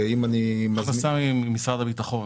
הכנסה ממשרד הביטחון.